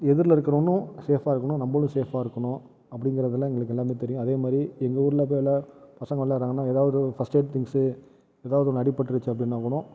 எதிரில் இருக்கிறவணும் சேஃப் இருக்கணும் நம்மளும் சேஃப் இருக்கணும் அப்படின்கிறதலான் எங்களுக்கு எல்லாமே தெரியும் அதேமாதிரி எங்கள் ஊரில் பசங்க விளையாடுறாங்கன்னா எதாவது ஒரு ஃபர்ஸ்ட்டெய்டு திங்க்ஸ் எதாவது ஒன்று அடிபட்டுடுச்சு அப்படினா கூட